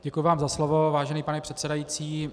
Děkuji vám za slovo, vážený pane předsedající.